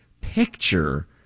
picture